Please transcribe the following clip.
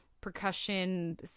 percussion